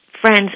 friends